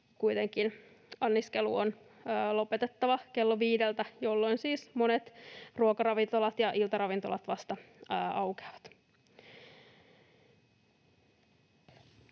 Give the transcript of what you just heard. kuitenkin lopetettava viideltä, jolloin siis monet ruokaravintolat ja iltaravintolat vasta aukeavat.